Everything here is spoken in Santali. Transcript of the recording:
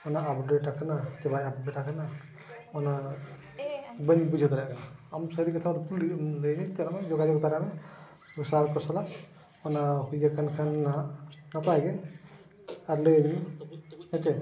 ᱚᱱᱟ ᱟᱯᱰᱮᱴ ᱠᱟᱱᱟ ᱥᱮ ᱵᱟᱭ ᱟᱯᱰᱮᱴ ᱠᱟᱱᱟ ᱚᱱᱟ ᱵᱟᱹᱧ ᱵᱩᱡᱷᱟᱹᱣ ᱫᱟᱲᱮᱭᱟᱜ ᱠᱟᱱᱟ ᱟᱢ ᱥᱟᱹᱨᱤ ᱠᱟᱛᱷᱟ ᱠᱩᱞᱤᱭᱮᱢ ᱞᱟᱹᱭᱟᱹᱧᱟᱹ ᱪᱟᱞᱟᱜ ᱢᱮ ᱡᱳᱜᱟᱡᱳᱜ ᱛᱟᱨᱟᱭ ᱢᱮ ᱥᱟᱨ ᱠᱚ ᱥᱟᱞᱟᱜ ᱚᱱᱟ ᱦᱩᱭᱟᱠᱟᱱ ᱠᱷᱟᱱ ᱱᱟᱦᱟᱸᱜ ᱱᱟᱯᱟᱭ ᱜᱮ ᱟᱨ ᱞᱟᱹᱭᱢᱮ ᱦᱮᱸ ᱥᱮ